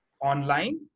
online